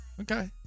Okay